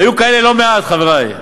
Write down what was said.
והיו כאלה לא מעט, חברי.